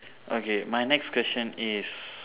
okay my next question is